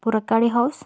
Purakkadi house